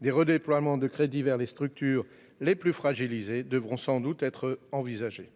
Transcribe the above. Des redéploiements de crédits vers les structures les plus fragilisées devront sans doute être envisagés.